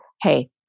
Hey